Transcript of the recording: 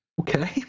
Okay